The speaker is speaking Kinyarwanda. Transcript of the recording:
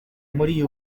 muri